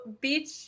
beach